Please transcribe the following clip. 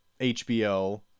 HBO